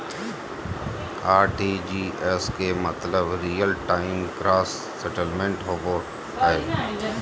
RTGS के मतलब real time gross settlement होबो हय